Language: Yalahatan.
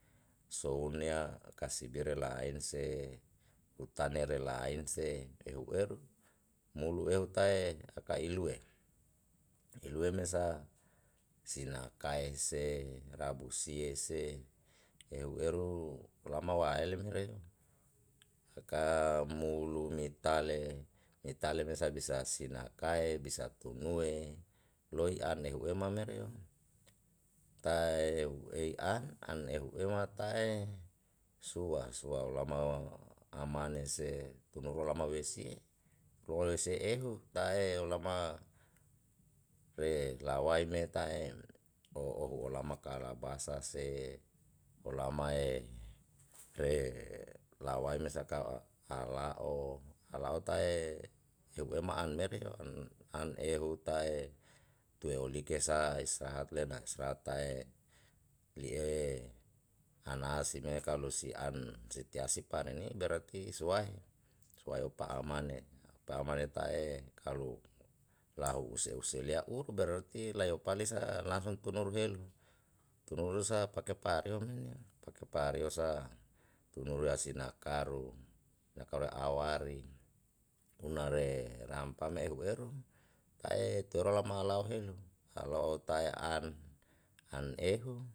Sou nea kasibe la'a ense utane rela ense ehu eru mulu eu tae aka ilue, ilue mesa sina kae se rabu sie se ehu eru lama wa'aelemre e kam moulu mitale mitale mesa bisa sinakae bisa tunue loi ane he'u ema mure o tae eu ei an an ehu ema tae sua sua olama amane se tumuru lama we si roese ehu tae lama re lawae meta em ohu ohu olama kalabasa se olama e re lawae me saka ala o ala o tae eu ema an mere yo an ehu tae tueo likesa istratlena isratae lie anasime kalo si an setiasi paneni berati suae suae upa amane paamane tae kalu lau use use lia u berati lau palisa langsung tunuru helu tunuru sa pake pario menio pake pario sa tunuru hasina karung la kare awari unare ram pame ehu eru pae toro lama lau helu kalo'o tae ehu.